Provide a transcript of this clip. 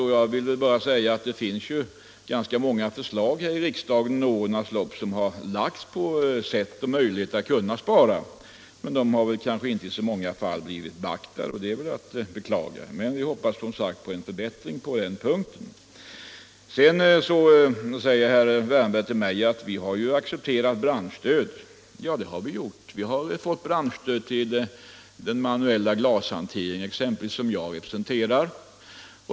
Det har ju också framlagts ganska många förslag här i riksdagen under årens lopp om olika sätt och olika möjligheter att spara. De har väl inte i så många fall blivit beaktade, och det är att beklaga. Vi hoppas som sagt på en förbättring på den punkten. Sedan sade herr Wärnberg till mig att vi företagare ju har accepterat branschstöd. Ja, vi har fått branschstöd exempelvis till den manuella glashanteringen, som jag representerar.